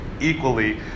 equally